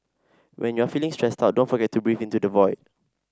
when you are feeling stressed out don't forget to breathe into the void